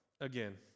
again